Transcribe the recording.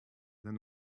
than